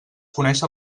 conèixer